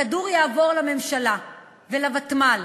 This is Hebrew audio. הכדור יעבור לממשלה ולוותמ"ל,